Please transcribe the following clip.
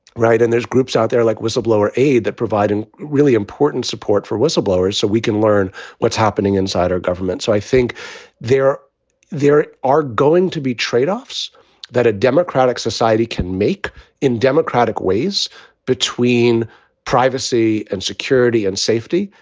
right. and there's groups out there like whistleblower aid that provide an really important support for whistleblowers so we can learn what's happening inside our government. so i think there there are going to be tradeoffs that a democratic society can make in democratic ways between privacy and security and safety.